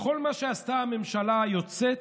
בכל מה שעשתה הממשלה היוצאת